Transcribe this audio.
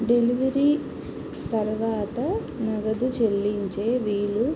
delivery తరవాత నగదు చెల్లించే వీలు